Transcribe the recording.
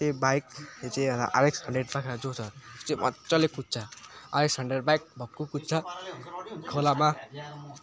त्यो बाइक जो चाहिँ आरएक्स हन्ड्रेडमा खाँचो छ त्यो चाहिँ मजाले कुद्छ आरएक्स हन्ड्रेड बाइक भक्कु कुद्छ खोलामा